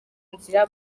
nzira